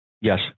Yes